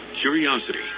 curiosity